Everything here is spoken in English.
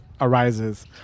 arises